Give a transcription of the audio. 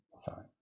sorry